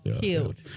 cute